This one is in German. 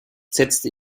setzte